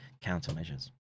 countermeasures